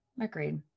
Agreed